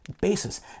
basis